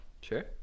Sure